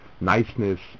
niceness